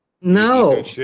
No